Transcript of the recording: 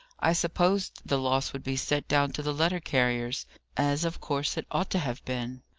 i supposed the loss would be set down to the letter-carriers as of course it ought to have been.